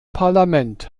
parlament